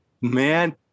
man